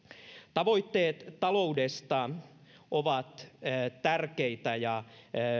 tavoitteet taloudesta ovat tärkeitä ja